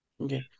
Okay